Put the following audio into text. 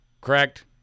correct